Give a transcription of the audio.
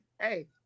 Hey